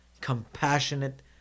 compassionate